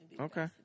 Okay